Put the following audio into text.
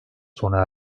sona